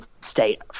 State